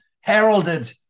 Heralded